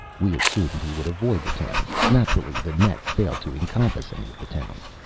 we assumed he would avoid the towns. naturally the net failed to encompass any of the towns.